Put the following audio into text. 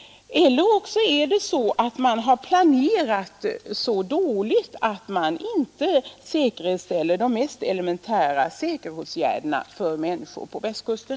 Kan det vara så att man har planerat så dåligt att man inte kan garantera de mest elementära säkerhetsåtgärderna för människor på Västkusten?